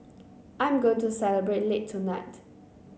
I am going to celebrate late tonight